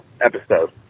episode